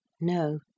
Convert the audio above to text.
no